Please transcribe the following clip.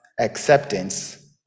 acceptance